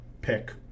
pick